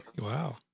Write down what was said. Wow